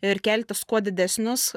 ir keltis kuo didesnius